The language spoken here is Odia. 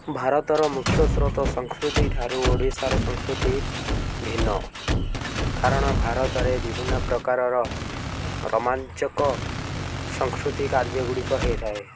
ଭାରତର ମୁଖ୍ୟ ସ୍ରୋତ ସଂସ୍କୃତିଠାରୁ ଓଡ଼ିଶାର ସଂସ୍କୃତି ଭିନ୍ନ କାରଣ ଭାରତରେ ବିଭିନ୍ନ ପ୍ରକାରର ରୋମାଞ୍ଚକ ସଂସ୍କୃତି କାର୍ଯ୍ୟଗୁଡ଼ିକ ହେଇଥାଏ